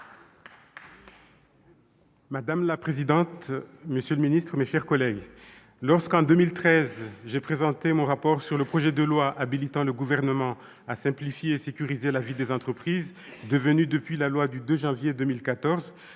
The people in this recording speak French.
Madame la présidente, monsieur le ministre, mes chers collègues, lorsque, en 2013, j'ai présenté mon rapport sur le projet de loi habilitant le Gouvernement à simplifier et sécuriser la vie des entreprises, devenu la loi du 2 janvier 2014,